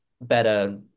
better